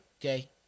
Okay